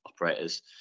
operators